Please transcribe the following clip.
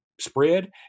spread